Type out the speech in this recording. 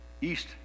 East